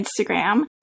Instagram